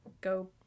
go